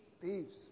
Thieves